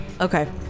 Okay